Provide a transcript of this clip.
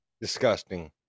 Disgusting